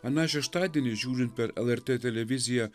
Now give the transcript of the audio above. ana šeštadienį žiūrint per lrt televiziją